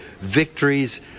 victories